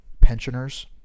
Pensioners